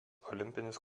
olimpinis